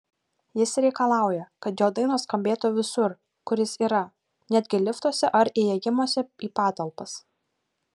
jis reikalauja kad jo dainos skambėtų visur kur jis yra netgi liftuose ar įėjimuose į patalpas